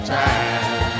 time